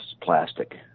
plastic